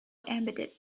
embedded